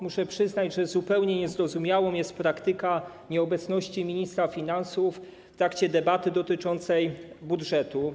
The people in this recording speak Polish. Muszę przyznać, że zupełnie niezrozumiała jest praktyka nieobecności ministra finansów w trakcie debaty dotyczącej budżetu.